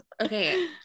Okay